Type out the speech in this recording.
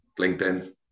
linkedin